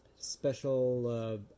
Special